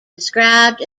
described